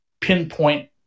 pinpoint